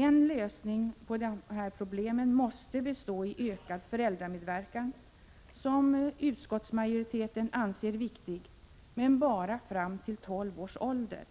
En lösning på dessa problem måste bestå av ökad föräldramedverkan — som utskottsmajoriteten anser viktig, men bara fram till 12 års ålder.